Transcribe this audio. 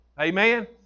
Amen